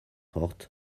ort